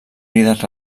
líder